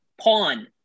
pawn